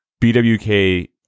BWK